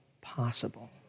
possible